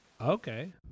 Okay